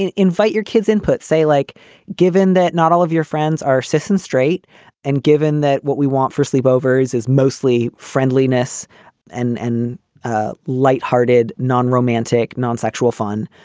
and invite your kids input. say, like given that not all of your friends are sissons straight and given that what we want for sleepovers is mostly friendliness and and ah lighthearted, non-romantic, non-sexual fun.